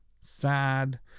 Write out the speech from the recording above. sad